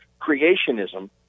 creationism